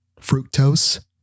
fructose